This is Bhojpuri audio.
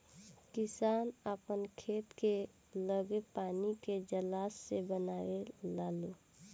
किसान आपन खेत के लगे पानी के जलाशय बनवे लालो